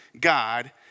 God